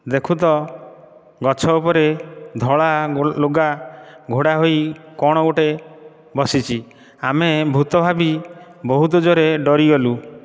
ଦେଖୁତ ଗଛ ଉପରେ ଧଳା ଲୁଗା ଘୋଡ଼ା ହୋଇ କ'ଣ ଗୋଟିଏ ବସିଛି ଆମେ ଭୂତ ଭାବି ବହୁତ ଜୋରରେ ଡରିଗଲୁ